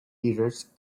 heaters